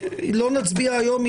לא נצביע היום,